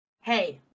hey